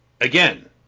again